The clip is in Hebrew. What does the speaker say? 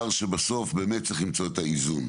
בסוף, צריך למצוא את האיזון,